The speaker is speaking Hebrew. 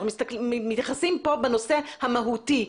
אנחנו מתייחסים פה בנושא המהותי.